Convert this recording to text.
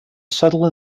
settle